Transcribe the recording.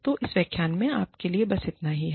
तो इस व्याख्यान में आपके लिए बस इतना ही है